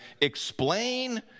explain